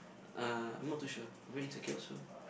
ah I'm not too sure I'm very insecure so